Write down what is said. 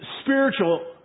spiritual